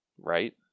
Right